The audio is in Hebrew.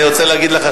אני רוצה להגיד לך,